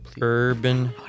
Urban